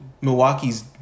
Milwaukee's